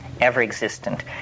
ever-existent